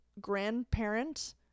grandparent